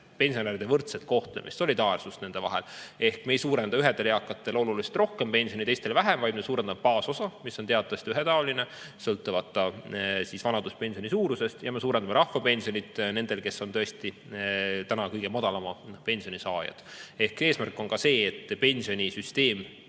pensionäride võrdset kohtlemist, solidaarsust nende vahel. Ehk me ei suurenda ühtedel eakatel pensioni oluliselt rohkem ja teistel vähem, vaid me suurendame baasosa, mis on teatavasti ühetaoline, sõltumata vanaduspensioni suurusest, ja me suurendame rahvapensioni nendel, kes on tõesti kõige madalama pensioni saajad. Eesmärk on ka see, et pension